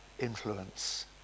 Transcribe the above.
influence